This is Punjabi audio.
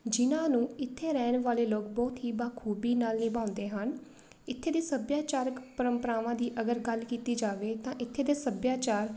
ਜਿਹਨਾਂ ਨੂੰ ਇੱਥੇ ਰਹਿਣ ਵਾਲੇ ਲੋਕ ਬਹੁਤ ਹੀ ਬਾਖੂਬੀ ਨਾਲ ਨਿਭਾਉਂਦੇ ਹਨ ਇੱਥੇ ਦੇ ਸੱਭਿਆਚਾਰਕ ਪਰੰਪਰਾਵਾਂ ਦੀ ਅਗਰ ਗੱਲ ਕੀਤੀ ਜਾਵੇ ਤਾਂ ਇੱਥੇ ਦੇ ਸੱਭਿਆਚਾਰ